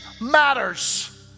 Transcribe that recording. matters